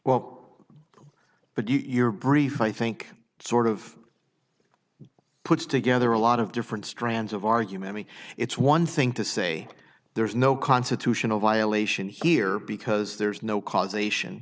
well but your brief i think sort of puts together a lot of different strands of argument me it's one thing to say there's no constitutional violation here because there's no causation